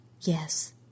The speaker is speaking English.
Yes